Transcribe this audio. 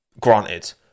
Granted